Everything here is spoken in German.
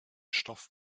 stoff